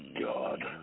God